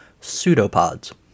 pseudopods